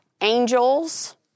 angels